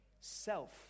self